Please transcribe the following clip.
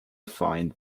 find